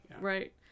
Right